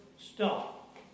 stop